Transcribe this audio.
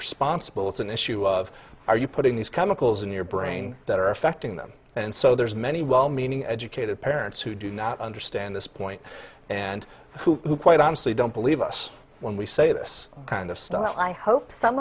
responsible it's an issue of are you putting these chemicals in your brain that are affecting them and so there's many well meaning educated parents who do not understand this point and who quite honestly don't believe us when we say this kind of stuff i hope some